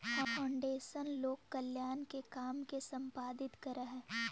foundation लोक कल्याण के काम के संपादित करऽ हई